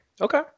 Okay